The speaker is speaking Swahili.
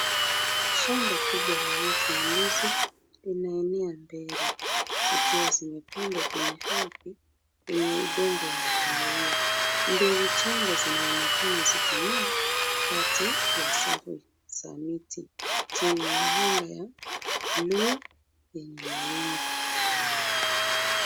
Shamba kubwa la miti ya ndizi limeenea mbele, zikiwa zimepandwa kwenye ardhi yenye udongo wa kahawia. Mbegu changa zinaonekana zikimea kati ya sava za miti, chini ya anga ya blue yenye mawingu.